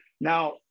now